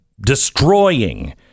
destroying